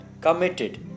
committed